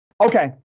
Okay